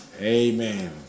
Amen